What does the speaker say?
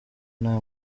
nta